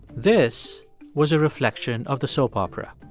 this was a reflection of the soap opera.